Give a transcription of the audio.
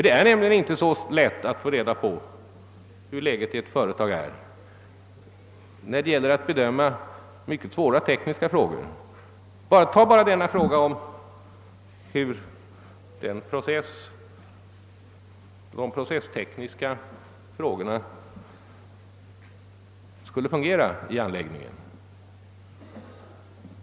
Det är nämligen inte så lätt att få reda på ett företags läge när det gäller att bedöma mycket invecklade tekniska förhållanden. Tänk bara på problemet hur de processtekniska frågorna i anläggningen skulle lösas.